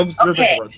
Okay